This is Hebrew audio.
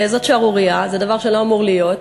זאת שערורייה, זה דבר שלא אמור להיות,